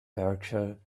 berkshire